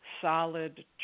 solid